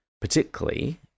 particularly